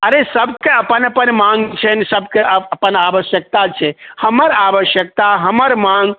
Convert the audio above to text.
अरे सबके अपन अपन माँग छनि सबके अपन आवश्यकता छै हमर आवश्यकता हमर माँग